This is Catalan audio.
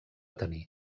tenir